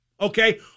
Okay